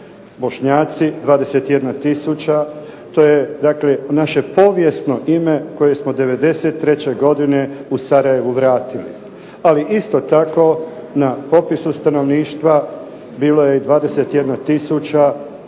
Bošnjaci 21 tisuća, to je dakle naše povijesno ime koje smo 93. godine u Sarajevu vratili, ali isto tako na popisu stanovništva bilo je 21 tisuća